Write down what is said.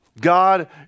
God